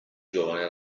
giovane